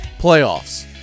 playoffs